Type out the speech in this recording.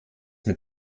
mit